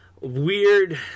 weird